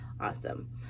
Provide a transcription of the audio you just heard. awesome